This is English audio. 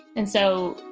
and so,